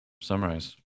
summarize